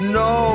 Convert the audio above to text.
no